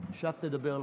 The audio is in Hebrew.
עכשיו תדבר למיקרופון.